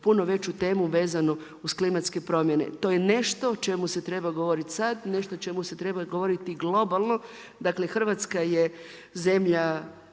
puno veću temu vezanu uz klimatske promjene. To je nešto o čemu se treba govoriti sad, nešto o čemu se treba govoriti globalno. Dakle, Hrvatska je zemlja